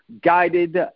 guided